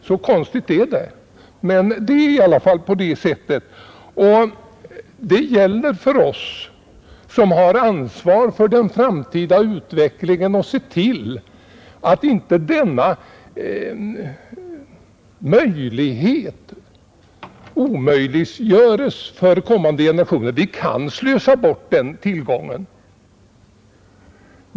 Så konstigt är det faktiskt, och det gäller för oss som har ansvar för den framtida utvecklingen att se till, att inte denna möjlighet tillintetgörs för kommande generationer. Vi kan slösa bort den tillgången.